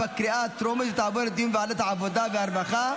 לוועדה שתקבע ועדת הכנסת נתקבלה.